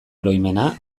oroimena